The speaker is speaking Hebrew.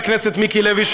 חבר הכנסת מיקי לוי מעלה,